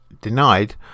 denied